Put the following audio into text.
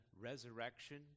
resurrection